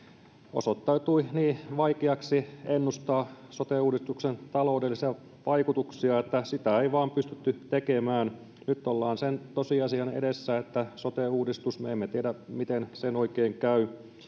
osoittautui niin vaikeaksi ennustaa sote uudistuksen taloudellisia vaikutuksia että sitä ei vain pystytty tekemään nyt olemme sen tosiasian edessä että me emme tiedä miten sote uudistuksen oikein käy